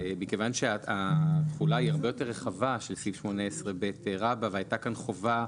מכיוון שהתחולה של סעיף 18ב רבתי היא הרבה יותר רחבה